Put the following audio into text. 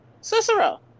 Cicero